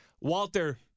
Walter